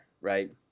right